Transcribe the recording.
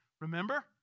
Remember